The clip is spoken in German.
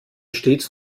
stets